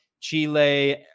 Chile